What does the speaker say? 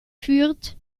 fürth